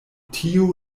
tio